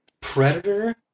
Predator